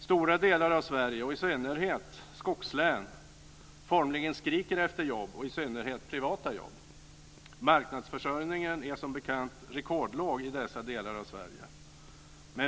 Stora delar av Sverige, och i synnerhet skogslän, formligen skriker efter jobb och i synnerhet privata jobb. Marknadsförsörjningen är som bekant rekordlåg i dessa delar av Sverige.